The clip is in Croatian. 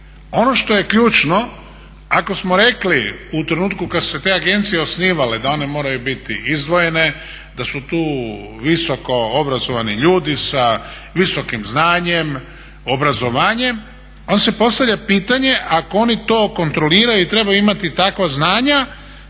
Ono što je ključno ako smo rekli u trenutku kada su se te agencije osnivale da one moraju biti izdvojene, da su tu visoko obrazovani ljudi sa visokim znanjem, obrazovanjem, onda se postavlja pitanje ako oni to kontroliraju i trebaju imati takva znanja